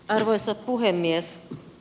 arvoisa puhemies